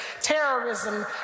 terrorism